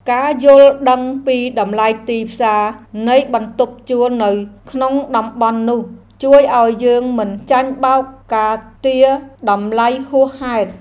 ការយល់ដឹងពីតម្លៃទីផ្សារនៃបន្ទប់ជួលនៅក្នុងតំបន់នោះជួយឱ្យយើងមិនចាញ់បោកការទារតម្លៃហួសហេតុ។